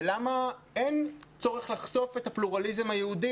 ולמה אין צורך לחשוף את הפלורליזם היהודי